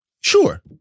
sure